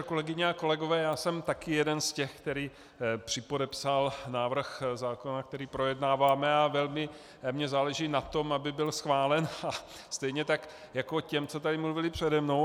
Kolegyně a kolegové, já jsem taky jeden z těch, který připodepsal návrh zákona, který projednáváme, a velmi mi záleží na tom, aby byl schválen, a stejně tak jako těm, co tady mluvili přede mnou.